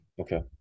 Okay